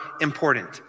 important